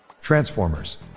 Transformers